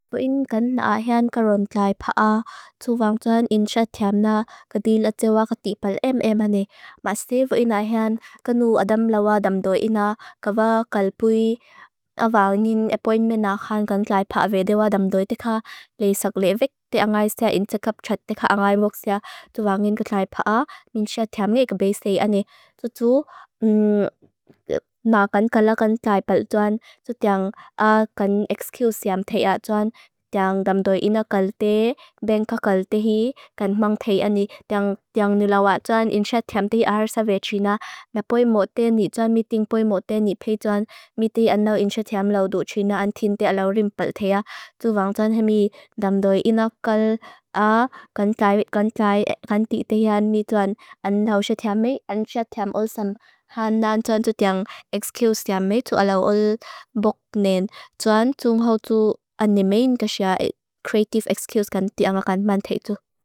Buean gan aahean karon tlaipa a, tu wang tuan in siatiam na kadeel atewa kateepal em em ane. Mase buean aahean, kanu adam lawa damdoi ina, kava kalpui awal ngin appointment na khan gan tlaipa vedewa damdoi teka. Lei sak levek, te angaisea intercept chat teka angaimoksea, tu wang ngin tlaipa a, min siatiam nge ikabesea ane. Su tu, na kan kala kan tlaipal tuan, su teang a, kan excuseam teak a tuan, teang damdoi ina kalte, ben ka kalte hii, kan mong teak ane. Teang, teang nilawa tuan in siatiam teak a har sabwe trina, na bue moten ni tuan meeting, bue moten ni peak tuan, meeting anaw in siatiam lau du trina, an tin teak lau rim pal teak. Tu wang tuan hemi damdoi ina kal a, kan tlaipa vedewa kan tlaipa, kan tin teak an ni tuan, an aw siatiam me, an siatiam ul sam, ha nan tuan tu teang excuseam me, tu alaw ul bok nen, tuan tung hau tu animein kasia creative excuse kan teak anga kan man teak tu.